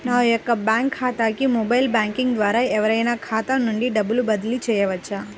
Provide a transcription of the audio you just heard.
నా యొక్క బ్యాంక్ ఖాతాకి మొబైల్ బ్యాంకింగ్ ద్వారా ఎవరైనా ఖాతా నుండి డబ్బు బదిలీ చేయవచ్చా?